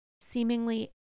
seemingly